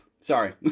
Sorry